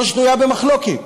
לא שנויה במחלוקת בכלל.